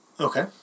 Okay